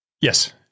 Yes